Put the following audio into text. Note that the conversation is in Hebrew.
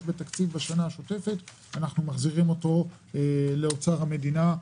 בתקציב בשנה השוטפת אנחנו מחזירים אותו לאוצר המדינה.